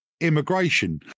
immigration